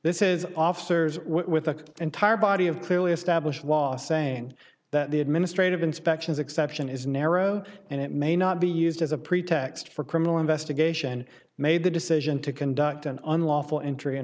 this is officers with the entire body of clearly established law saying that the administrative inspections exception is narrow and it may not be used as a pretext for criminal investigation made the decision to conduct an unlawful entry an